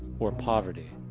or poverty.